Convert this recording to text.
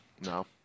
no